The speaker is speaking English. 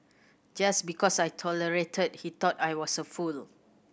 just because I tolerated he thought I was a fool